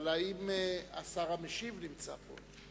האם השר המשיב נמצא פה?